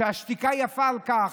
השתיקה יפה לכך,